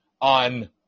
on